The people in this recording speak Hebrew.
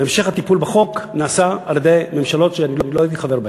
והמשך הטיפול בחוק נעשה על-ידי ממשלות שלא הייתי חבר בהן.